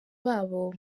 babo